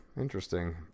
Interesting